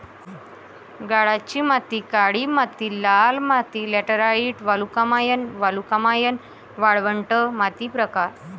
गाळाची माती काळी माती लाल माती लॅटराइट वालुकामय वालुकामय वाळवंट माती प्रकार